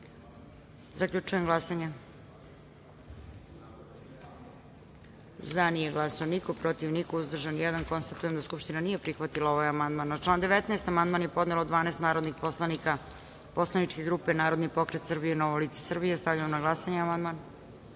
amandman. Zaključujem glasanje: za – nije glasao niko, protiv – niko, uzdržan – jedan. Konstatujem da Skupština nije prihvatila amandman. Na član 49. amandman je podnelo 12 narodnih poslanika poslaničke grupe Narodni pokret Srbije – Novo lice Srbije. Stavljam na glasanje